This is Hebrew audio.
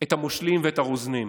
את המושלים ואת הרוזנים.